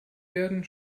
werden